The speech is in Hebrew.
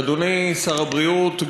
אדוני שר הבריאות,